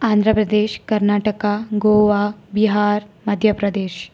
Andhra Pradesh Karnataka Goa Bihar Madhya Pradesh